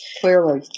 Clearly